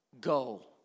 go